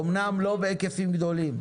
אומנם לא בהיקפים גדולים.